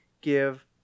give